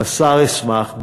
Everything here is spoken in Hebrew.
השר ישמח,